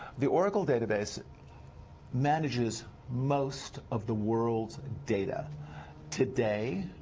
the oracle database manages most of the world's data today,